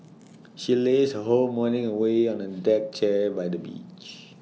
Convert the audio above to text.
she lazed her whole morning away on A deck chair by the beach